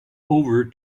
over